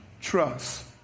trust